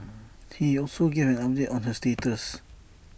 he also gave an update on her status